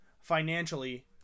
financially